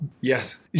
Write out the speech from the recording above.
Yes